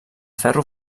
ferro